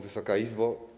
Wysoka Izbo!